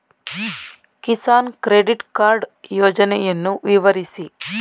Kisan credit card ಯೋಜನೆಯನ್ನು ವಿವರಿಸಿ?